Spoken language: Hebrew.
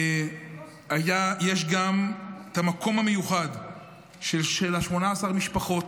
יש גם את המקום המיוחד של 18 המשפחות,